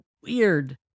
weird